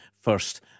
first